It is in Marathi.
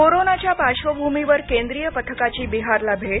कोरोनाच्या पार्श्वभूमीवर केंद्रीय पथकाची बिहारला भेट